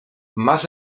masz